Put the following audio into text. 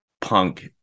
punk